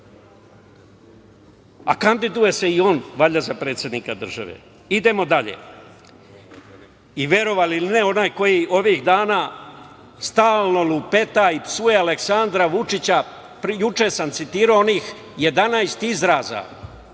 a kandiduje se i on, valjda, za predsednika države. Idemo dalje. Verovali ili ne, onaj koji ovih dana stalno lupeta i psuje Aleksandra Vučića, juče sam citirao onih 11 izraza